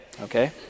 okay